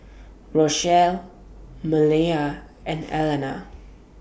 Rochelle Maleah and Allena